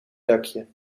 dakje